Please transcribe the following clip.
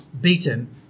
beaten